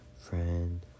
friend